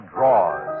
Draws